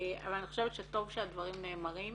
אבל אני חושבת שטוב שהדברים נאמרים